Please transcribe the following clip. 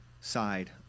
side